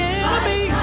enemy